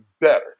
better